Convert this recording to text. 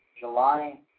July